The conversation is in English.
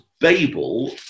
Babel